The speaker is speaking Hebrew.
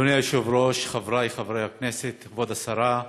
אדוני היושב-ראש, חבריי חברי הכנסת, כבוד השרה,